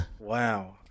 wow